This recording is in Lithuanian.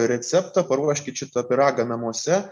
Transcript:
receptą paruoškit šitą pyragą namuose